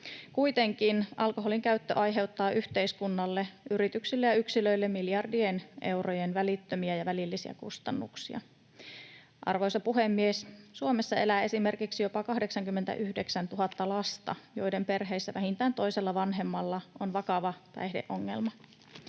Kuitenkin alkoholin käyttö aiheuttaa yhteiskunnalle, yrityksille ja yksilöille miljardien eurojen välittömiä ja välillisiä kustannuksia. Arvoisa puhemies! Suomessa elää esimerkiksi jopa 89 000 lasta, joiden perheissä vähintään toisella vanhemmalla on vakava päihdeongelma.